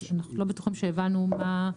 אז אנחנו לא בטוחים שהבנו מה הכוונה.